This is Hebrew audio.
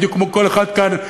בדיוק כמו כל אחד כאן,